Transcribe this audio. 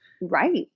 Right